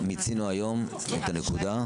מיצינו היום את הנקודה.